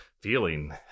feeling